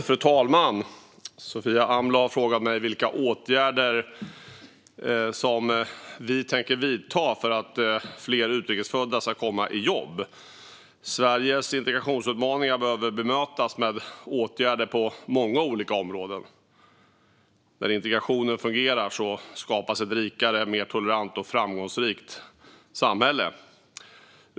Fru talman! Sofia Amloh har frågat mig vilka åtgärder vi tänker vidta för att fler utrikes födda ska komma i jobb. Sveriges integrationsutmaningar behöver bemötas med åtgärder på många olika områden. När integrationen fungerar skapas ett rikare, mer tolerant och framgångsrikt samhälle.